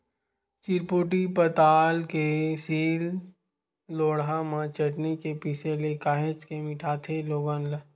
चिरपोटी पताल के सील लोड़हा म चटनी के पिसे ले काहेच के मिठाथे लोगन ला